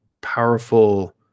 powerful